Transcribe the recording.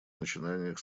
начинаниях